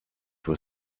were